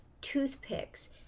toothpicks